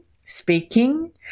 speaking